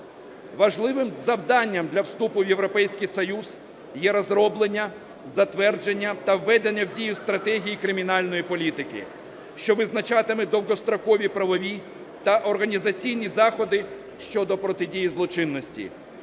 Важливим завданням для вступу в Європейський Союз є розроблення, затвердження та введення в дію стратегії кримінальної політики, що визначатиме довгострокові правові та організаційні заходи щодо протидії злочинності.